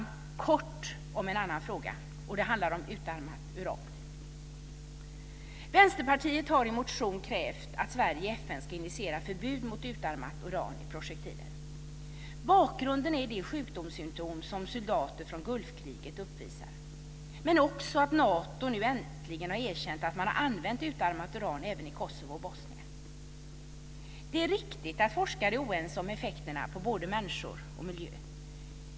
Jag ska kort ta upp en annan fråga. Det handlar om utarmat uran. Vänsterpartiet har i en motion krävt att Sverige och FN ska initiera förbud mot utarmat uran i projektiler. Bakgrunden är de sjukdomssymtom som soldater från Gulfkriget uppvisar, men också att Nato nu äntligen har erkänt att man har använt utarmat uran även i Kosovo och Bosnien. Det är riktigt att forskare är oense om effekterna på både människor och miljö.